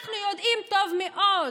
אנחנו יודעים טוב מאוד,